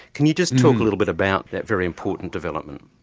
can you just talk a little bit about that very important development?